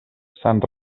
sant